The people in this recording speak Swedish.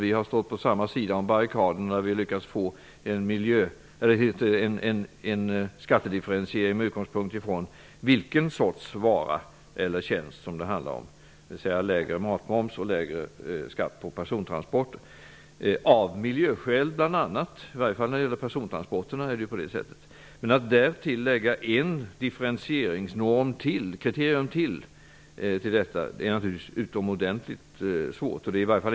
Där har väl vi stått på samma sida om barrikaderna och av bl.a. miljöskäl lyckats få en skattedifferentiering med utgångspunkt från vilken sorts vara eller tjänst det handlar om, dvs. lägre matmoms och lägre skatt på persontransporter -- det är i alla fall av miljöskäl när det gäller persontransporterna. Men att till detta lägga ytterligare ett kriterium är naturligtvis utomordentligt svårt.